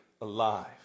alive